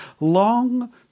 long